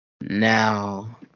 Now